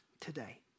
today